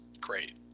great